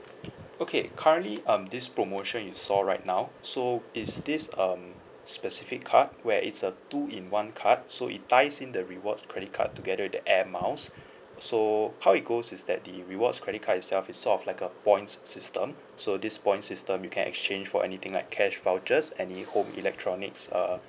okay currently um this promotion you saw right now so is this um specific card where it's a two-in-one card so it ties in the rewards credit card together with the air miles so how it goes is that the rewards credit card itself is sort of like a points system so these points system you can exchange for anything like cash vouchers any home electronics uh